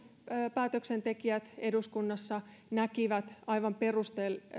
päätöksentekijät eduskunnassa näkivät aivan